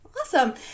Awesome